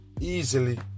easily